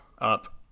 Up